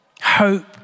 Hope